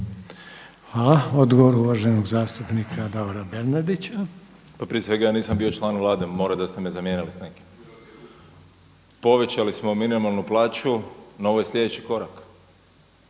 Hvala. Odgovor uvaženog zastupnika Davora Bernardića. **Bernardić, Davor (SDP)** Pa prije svega ja nisam bio član vlade, mora da ste me zamijenili s nekim. Povećali smo minimalnu plaću na ovaj sljedeći korak.